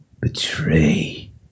betray